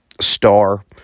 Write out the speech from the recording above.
star